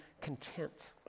content